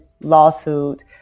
lawsuit